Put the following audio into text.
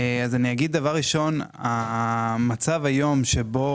ראשית, המצב היום שבו